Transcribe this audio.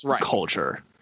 culture